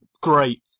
great